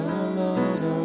alone